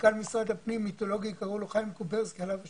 מנכ"ל משרד הפנים המיתולוגי חיים קוברסקי עליו השלום.